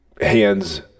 hands